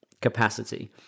capacity